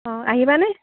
অঁ আহিবানে